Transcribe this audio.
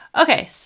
Okay